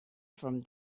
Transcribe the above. from